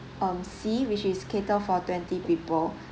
um C which is cater for twenty people